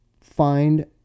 find